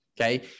Okay